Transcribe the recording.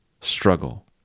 struggle